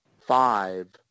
five